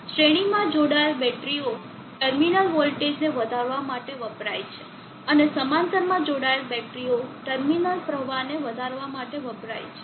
શ્રેણીમાં જોડાયેલ બેટરીઓ ટર્મિનલ વોલ્ટેજને વધારવા માટે વપરાય છે અને સમાંતરમાં જોડાયેલ બેટરીઓ ટર્મિનલ પ્રવાહને વધારવા માટે વપરાય છે